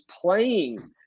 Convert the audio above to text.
playing